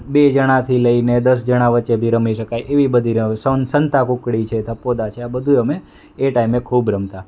બે જણાથી લઈને દસ જણા વચ્ચે બી રમી શકાય એવી બધી રમ સંતાકૂકડી છે થપોદાવ છે આ બધુંય અમે એ ટાઈમે ખૂબ રમતાં